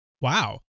Wow